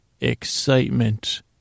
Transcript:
excitement